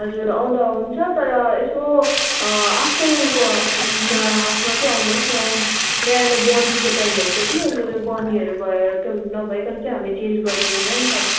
हजुर आउँदा हुन्छ तर यसो आफ्टर्नुनको अन्त हाफमा चाहिँ आउनुहोस् न बिहान बोनीको टाइम हुन्छ कि अन्त त्यो बोनीहरू भए नभइकन चाहिँ हामी चेन्ज गरिदिँदैन नि त